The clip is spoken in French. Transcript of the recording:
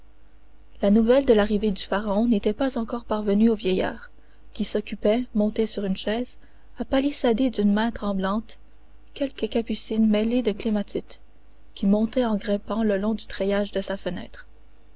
la nouvelle de l'arrivée du pharaon n'était encore parvenue au vieillard qui s'occupait monté sur une chaise à palissader d'une main tremblante quelques capucines mêlées de clématites qui montaient en grimpant le long du treillage de sa fenêtre